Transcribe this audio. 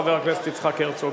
חבר הכנסת יצחק הרצוג.